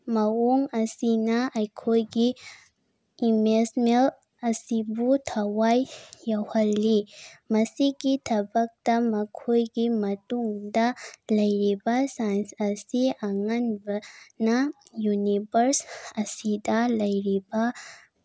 ꯃꯑꯣꯡ ꯑꯁꯤꯅ ꯑꯩꯈꯣꯏꯒꯤ ꯏꯃꯦꯖꯃꯦꯜ ꯑꯁꯤꯕꯨ ꯊꯋꯥꯏ ꯌꯥꯎꯍꯜꯂꯤ ꯃꯁꯤꯒꯤ ꯊꯕꯛꯇ ꯃꯈꯣꯏꯒꯤ ꯃꯇꯨꯡꯗ ꯂꯩꯔꯤꯕ ꯁꯥꯏꯟꯁ ꯑꯁꯤ ꯑꯉꯟꯕꯅ ꯌꯨꯅꯤꯚꯔꯁ ꯑꯁꯤꯗ ꯂꯩꯔꯤꯕ